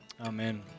Amen